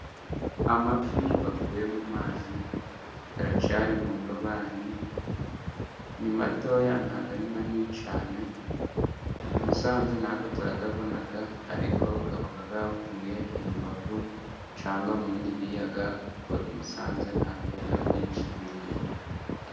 Amafi bakuye mu mazi, aracyari mu ndobani ni matoya ntabwo ari manini cyane, i Musanze natwe turayabona ariko aba avuye i Rubavu, cyangwa mu bindi biyaga kuko i Musanze nta biyaga byinshi biriyo.